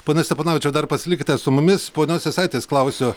pone steponavičiau dar pasilikite su mumis ponios jasaitės klausiu